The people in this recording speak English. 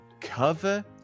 cover